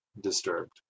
disturbed